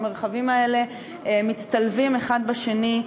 המרחבים האלה מצטלבים אחד בשני.